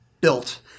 built